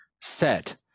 set